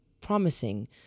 promising